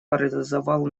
парализовал